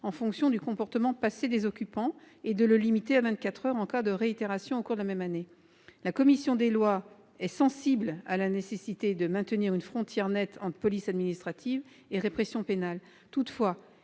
en fonction du comportement passé des occupants, et de le limiter à vingt-quatre heures en cas de réitération au cours de la même année. La commission des lois est sensible à la nécessité de maintenir une frontière nette entre police administrative et répression pénale.